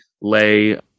lay